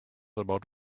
about